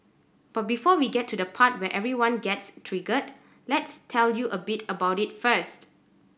but before we get to the part where everyone gets triggered let's tell you a bit about it first